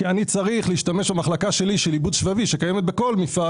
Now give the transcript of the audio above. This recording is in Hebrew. כי אני צריך להציג את המחלקה של עיבוד שבבי שקיימת בכל מפעל